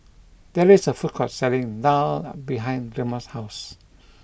there is a food court selling Daal behind Drema's house